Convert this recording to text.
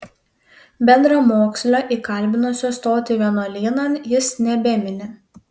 bendramokslio įkalbinusio stoti vienuolynan jis nebemini